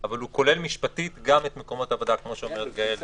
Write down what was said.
אבל פעמים זה לא מציאותי להגיד: חבר'ה, אל תתקהלו.